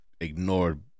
ignored